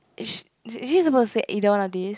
is is she suppose to say either one of these